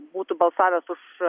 būtų balsavęs už